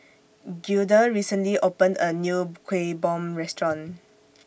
Gilda recently opened A New Kuih Bom Restaurant